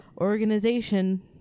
organization